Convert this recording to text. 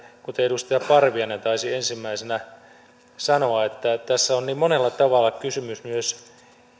kuten edustaja parviainen taisi ensimmäisenä sanoa että tässä on niin monella tavalla kysymys myös